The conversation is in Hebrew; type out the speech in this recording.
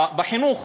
בחינוך